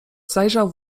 zajrzał